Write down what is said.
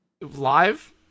live